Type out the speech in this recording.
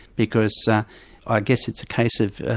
because i guess it's a case of,